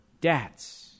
debts